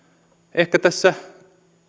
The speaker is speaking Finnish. ehkä tässä